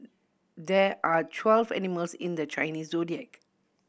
there are twelve animals in the Chinese Zodiac